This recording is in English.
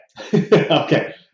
Okay